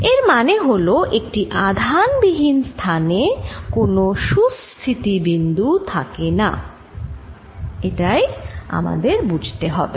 এর মানে হল একটি আধান বিহীন স্থানে কোন সুস্থিতি বিন্দুথাকে না এটাই আমাদের বুঝতে হবে